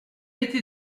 été